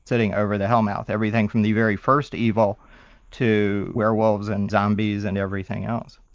sitting over the hell mouth, everything from the very first evil to werewolves and zombies and everything else.